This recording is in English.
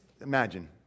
imagine